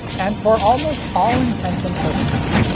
and for almost all intents and purposes,